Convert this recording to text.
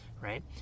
Right